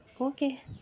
Okay